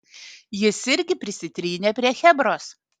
jis irgi prisitrynė prie chebros